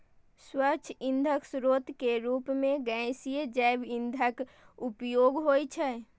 स्वच्छ ईंधनक स्रोत के रूप मे गैसीय जैव ईंधनक उपयोग होइ छै